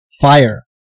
Fire